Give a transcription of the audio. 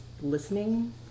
listening